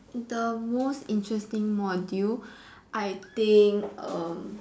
the most interesting module I think um